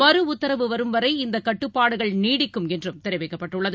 மறுஉத்தரவு வரும் வரை இந்தகட்டுப்பாடுகள் நீடிக்கும் என்றும் தெரிவிக்கப்பட்டுள்ளது